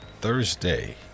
Thursday